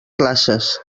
classes